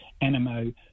Animo